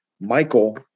michael